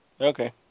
Okay